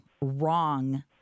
wrong